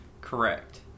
Correct